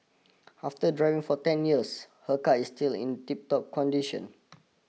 after driving for ten years her car is still in tiptop condition